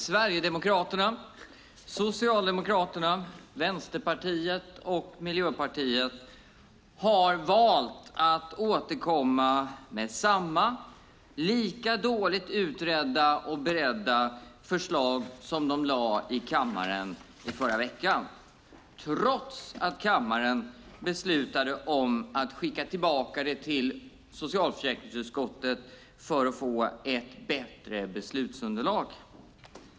Sverigedemokraterna, Socialdemokraterna, Vänsterpartiet och Miljöpartiet har valt att återkomma med samma, lika dåligt utredda och beredda förslag som de lade fram i kammaren förra veckan, trots att kammaren beslutade om att skicka tillbaka det till socialförsäkringsutskottet för att få ett bättre beslutsunderlag.